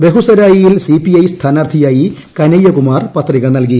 ബെഗുരായിയിൽ CPI സ്ഥാനാർത്ഥിയായി കനയ്യകുമാർ പത്രിക നൽകി